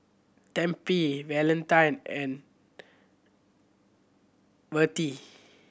Tempie Valentine and Vertie